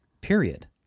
Period